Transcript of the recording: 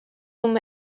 whom